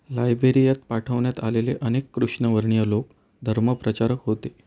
लायबेरियात पाठवण्यात आलेले अनेक कृष्णवर्णीय लोक धर्मप्रचारक होते